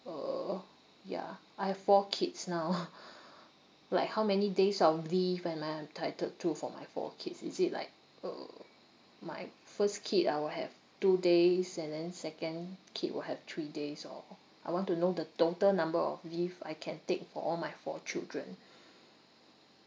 uh yeah I have four kids now like how many days of leave am I entitled to for my four kids is it like uh my first kid I will have two days and then second kid will have three days or I want to know the total number of leave I can take for all my four children